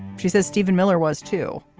she says steven miller was, too.